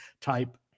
type